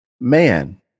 man